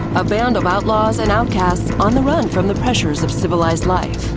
a band of outlaws and outcasts on the run from the pressures of civilized life.